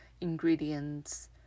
ingredients